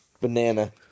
Banana